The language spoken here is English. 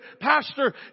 Pastor